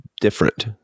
different